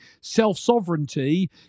self-sovereignty